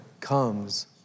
comes